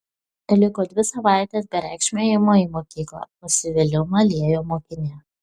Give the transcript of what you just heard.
liko dvi savaitės bereikšmio ėjimo į mokyklą nusivylimą liejo mokinė